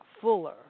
Fuller